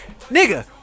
Nigga